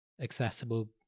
accessible